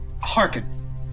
Hearken